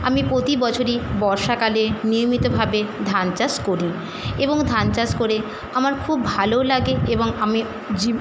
আমি প্রতি বছরই বর্ষাকালে নিয়মিতভাবে ধান চাষ করি এবং ধান চাষ করে আমার খুব ভালোও লাগে এবং আমি জীব